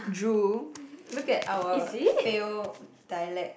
drew look at our fail dialect